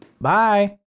bye